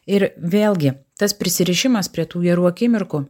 ir vėlgi tas prisirišimas prie tų gerų akimirkų